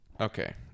Okay